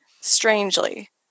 Strangely